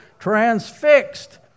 Transfixed